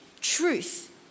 truth